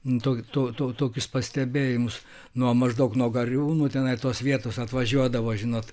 nu to to tokius pastebėjimus nuo maždaug nuo gariūnų tenai tos vietos atvažiuodavo žinot